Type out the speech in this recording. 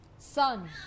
Son